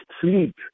sleep